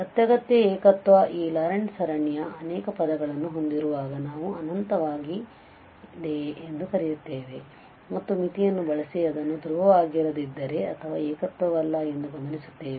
ಅತ್ಯಗತ್ಯ ಏಕತ್ವ ಈ ಲಾರೆಂಟ್ ಸರಣಿಯು ಅನೇಕ ಪದಗಳನ್ನು ಹೊಂದಿರುವಾಗ ನಾವು ಅನಂತವಾಗಿದೆ ಎಂದು ಕರೆಯುತ್ತೇವೆ ಮತ್ತು ಮಿತಿಯನ್ನು ಬಳಸಿ ಅದನ್ನು ಧ್ರುವವಾಗಿರದಿದ್ದರೆ ಅಥವಾ ಏಕತ್ವವಲ್ಲ ಎಂದು ಗಮನಿಸುತ್ತೇವೆ